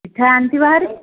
ଚିଠା ଆଣିଥିବ ହାରି